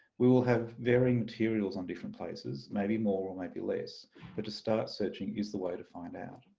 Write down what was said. we will have varying materials on different places, maybe more or maybe less but to start searching is the way to find out.